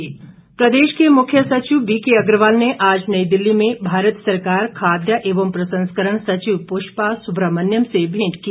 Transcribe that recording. मुख्य सचिव प्रदेश के मुख्य सचिव बीके अग्रवाल ने आज नई दिल्ली में भारत सरकार खाद्य एवं प्रसंस्करण सचिव पुष्पा सुब्रमण्यम से भेंट की